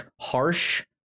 harsh